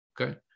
okay